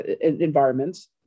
environments